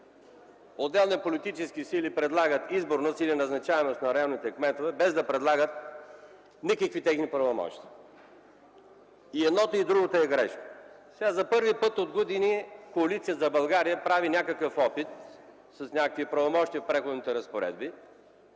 Отделни политически сили предлагат изборност или назначаемост на районните кметове, без да предлагат никакви техни правомощия. И едното, и другото е грешно. За първи път от години Коалиция за България прави опит с някакви правомощия в Преходните разпоредби,